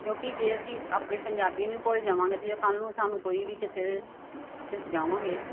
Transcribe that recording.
ਕਿਉਂਕਿ ਜੇ ਅਸੀਂ ਆਪਣੇ ਪੰਜਾਬੀ ਨੂੰ ਭੁੱਲ ਜਾਵਾਂਗੇ ਕੱਲ੍ਹ ਨੂੰ ਸਾਨੂੰ ਕੋਈ ਵੀ ਕਿਸੇ 'ਚ ਜਾਵਾਂਗੇ